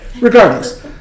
regardless